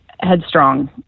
headstrong